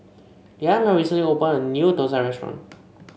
Leanna recently opened a new thosai restaurant